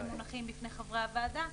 הם מונחים בפני חברי הוועדה.